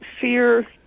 fear